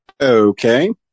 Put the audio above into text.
Okay